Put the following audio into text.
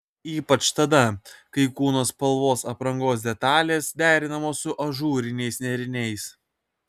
ypač tada kai kūno spalvos aprangos detalės derinamos su ažūriniais nėriniais